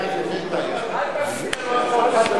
אל תמציא לנו המצאות חדשות.